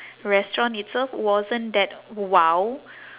restaurant itself wasn't that !wow!